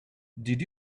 did